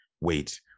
wait